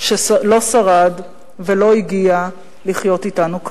שלא שרד ולא הגיע לחיות אתנו כאן.